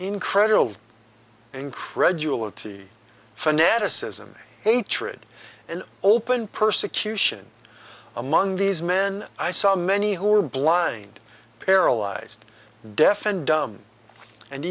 incredible incredulous fanaticism hatred and open persecution among these men i saw many who were blind paralyzed deaf and dumb and